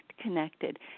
connected